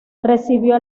recibió